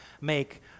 make